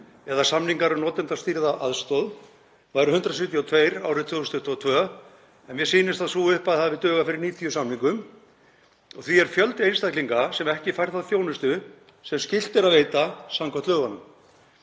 samningar um notendastýrða aðstoð, væru 172 árið 2022 en mér sýnist að sú upphæð hafi dugað fyrir 90 samningum. Því er fjöldi einstaklinga sem ekki fær þá þjónustu sem skylt er að veita samkvæmt lögunum.